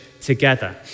together